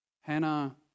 Hannah